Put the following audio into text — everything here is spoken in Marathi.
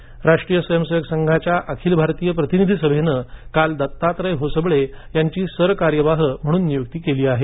संघ राष्ट्रीय स्वयंसेवक संघाच्या अखिल भारतीय प्रतिनिधी सभेनं काल दत्तात्रय होसबाळे यांची सरकार्यवाह म्हणून नियुक्ती केली आहे